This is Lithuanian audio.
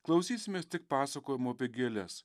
klausysimės tik pasakojimų apie gėles